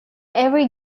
every